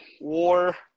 war